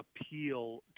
appeal